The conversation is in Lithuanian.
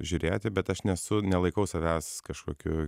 žiūrėti bet aš nesu nelaikau savęs kažkokiu